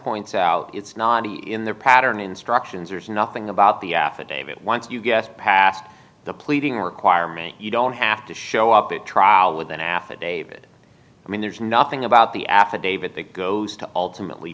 points out it's not in their pattern instructions there's nothing about the affidavit once you get past the pleading requirement you don't have to show up at trial with an affidavit i mean there's nothing about the affidavit that goes to ultimately